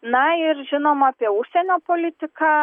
na ir žinoma apie užsienio politiką